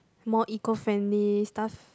more eco friendly stuff